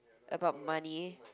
about money